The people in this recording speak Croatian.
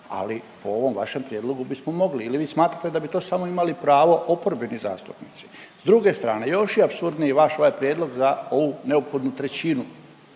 ali po ovom vašem prijedlogu bismo mogli ili vi smatrate da bi to samo imali pravo oporbeni zastupnici. S druge strane još je apsurdniji vaš ovaj prijedlog za ovu neophodnu trećinu,